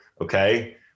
Okay